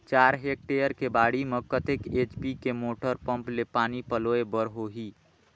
चार हेक्टेयर के बाड़ी म कतेक एच.पी के मोटर पम्म ले पानी पलोय बर होही?